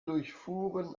durchfuhren